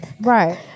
Right